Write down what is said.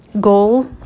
goal